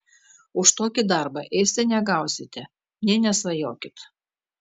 už tokį darbą ėsti negausite nė nesvajokit